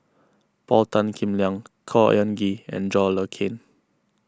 Paul Tan Kim Liang Khor Ean Ghee and John Le Cain